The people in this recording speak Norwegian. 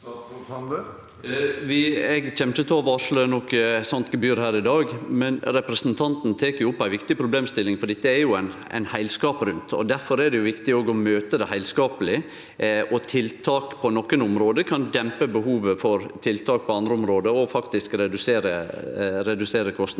Eg kjem ikkje til å varsle noko slikt gebyr her i dag, men representanten tek opp ei viktig problemstilling, for dette er det ein heilskap rundt. Difor er det viktig òg å møte det heilskapleg, og tiltak på nokre område kan dempe behovet for tiltak på andre område og faktisk redusere kostnader.